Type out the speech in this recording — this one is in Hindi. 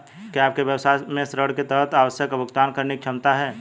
क्या आपके व्यवसाय में ऋण के तहत आवश्यक भुगतान करने की क्षमता है?